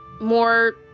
more